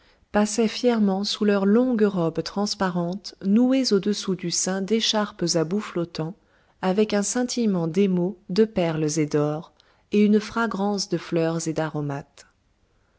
passaient fièrement sous leurs longues robes transparentes nouées au-dessous du sein d'écharpes à bouts flottants avec un scintillement d'émaux de perles et d'or et une fragrance de fleurs et d'aromates